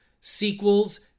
Sequels